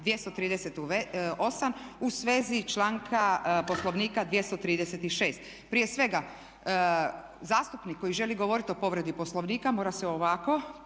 238. u svezi članka Poslovnika 236., prije svega zastupnik koji želi govoriti o povredi Poslovnika mora se ovako